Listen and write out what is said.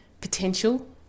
potential